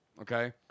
Okay